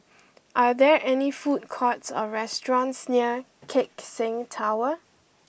are there food courts or restaurants near Keck Seng Tower